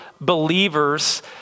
believers